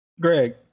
Greg